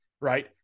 right